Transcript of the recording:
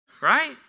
right